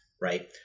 right